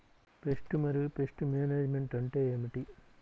Pest మరియు pest management అంటే ఏమిటి?